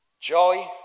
Joy